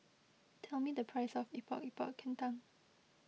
tell me the price of Epok Epok Kentang